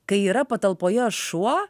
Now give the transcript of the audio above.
kai yra patalpoje šuo